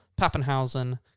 Pappenhausen